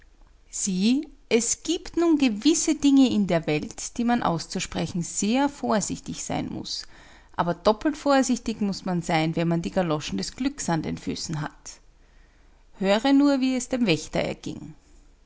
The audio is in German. sieh es giebt nun gewisse dinge in der welt die man auszusprechen sehr vorsichtig sein muß aber doppelt vorsichtig muß man sein wenn man die galoschen des glückes an den füßen hat höre nur wie es dem wächter erging